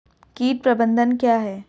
कीट प्रबंधन क्या है?